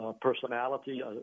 personality